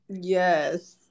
Yes